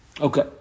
Okay